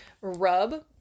rub